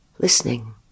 listening